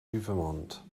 vermont